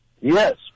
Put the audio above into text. Yes